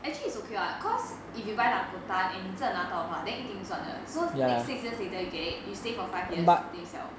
actually it's okay lah cause if you buy dakota and 你真的拿到的话 then 一点赚的 so next six years later you get it you stay for five years then you sell